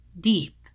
Deep